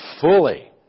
fully